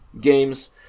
games